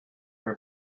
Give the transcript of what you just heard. for